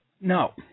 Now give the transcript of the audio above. No